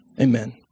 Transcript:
Amen